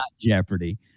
Jeopardy